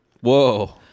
Whoa